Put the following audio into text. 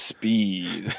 Speed